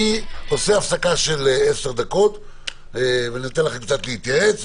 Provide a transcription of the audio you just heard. אני עושה הפסקה של 10 דקות וניתן לכם קצת להתייעץ.